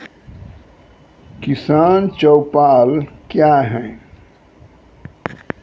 किसान चौपाल क्या हैं?